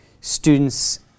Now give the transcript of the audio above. students